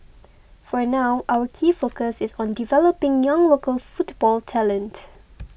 for now our key focus is on developing young local football talent